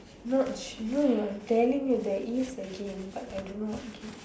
no no I'm telling you there is a game but I don't know what game